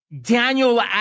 Daniel